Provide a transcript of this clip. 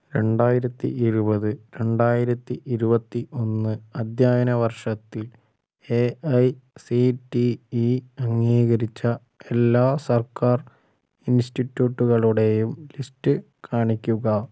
രണ്ടായിരത്തി ഇരുപത് രണ്ടായിരത്തി ഇരുപത്തി ഒന്ന് അധ്യയന വർഷത്തിൽ A I C T E അംഗീകരിച്ച എല്ലാ സർക്കാർ ഇൻസ്റ്റിറ്റ്യൂട്ടുകളുടെയും ലിസ്റ്റ് കാണിക്കുക